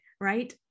right